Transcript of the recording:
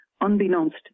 unbeknownst